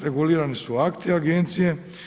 Regulirani su akti agencije.